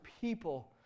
people